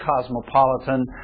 cosmopolitan